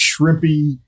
shrimpy